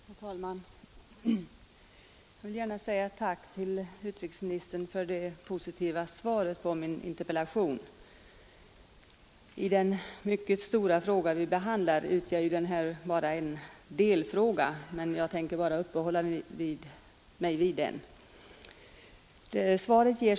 Herr talman! Jag vill gärna säga ett tack till utrikesministern för det positiva svaret på min interpellation. I den mycket stora fråga som vi nu behandlar är naturligtvis det spörsmål som jag rest bara en delfråga, men jag tänker uppehålla mig endast vid den.